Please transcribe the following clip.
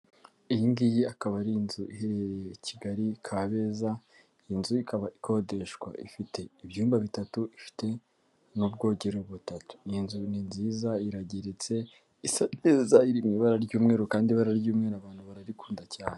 Iyi ngiyi akaba ari inzu iherereye kigali, kabeza, inzu ikaba ikodeshwa. Ifite ibyumba bitatu, ifite n'ubwogero butatu, iy'inzu ni nziza iragiritse, isa neza iri mu ibara ry'umweru kandi ibara ry'umweru abantu bararikunda cyane.